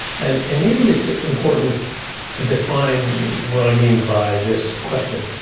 and and maybe it's important to define what i mean by this question.